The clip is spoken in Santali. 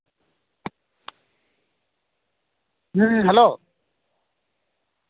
ᱦᱩᱸ ᱦᱮᱞᱳ